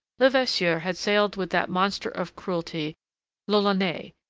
levasseur had sailed with that monster of cruelty l'ollonais,